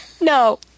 No